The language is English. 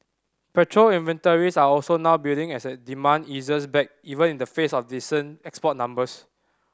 petrol inventories are also now building as a demand eases back even in the face of decent export numbers